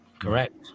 Correct